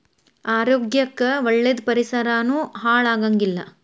ಆರೋಗ್ಯ ಕ್ಕ ಒಳ್ಳೇದ ಪರಿಸರಾನು ಹಾಳ ಆಗಂಗಿಲ್ಲಾ